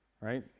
Right